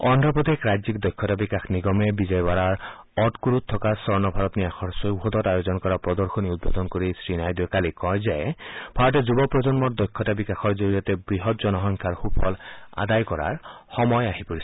অদ্ৰপ্ৰদেশ ৰাজ্যিক দক্ষতা বিকাশ নিগমে বিজয়ৱাৰাৰ অতকুৰুত থকা স্বৰ্ণভাৰত ন্যাসৰ চৌহদত আয়োজন কৰা প্ৰদশনী উদ্বোধন কৰি শ্ৰীনাইডুয়ে কালি কয় যে ভাৰতে যুৱ প্ৰজন্মৰ দক্ষতা বিকাশৰ জৰিয়তে বৃহৎ জনসংখ্যাৰ সুফল আদায় কৰাৰ সময় আহি পৰিছে